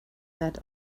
that